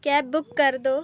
cab book कर दो